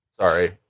Sorry